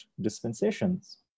dispensations